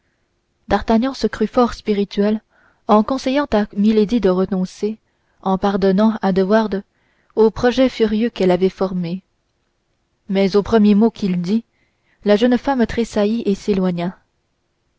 d'artagnan se crut fort spirituel en conseillant à milady de renoncer en pardonnant à de wardes aux projets furieux qu'elle avait formés mais aux premiers mots qu'il dit la jeune femme tressaillit et s'éloigna